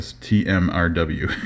T-M-R-W